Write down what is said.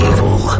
Evil